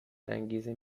انگیزه